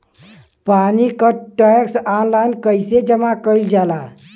पानी क tax online कईसे जमा कईल जाला?